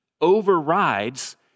overrides